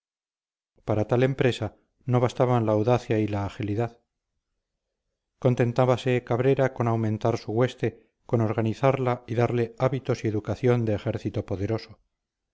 para tal empresa no bastaban la audacia y la agilidad contentábase cabrera con aumentar su hueste con organizarla y darle hábitos y educación de ejército poderoso